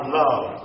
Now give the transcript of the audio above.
love